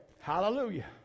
Hallelujah